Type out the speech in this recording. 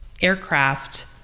aircraft